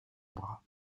bras